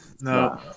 no